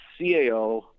CAO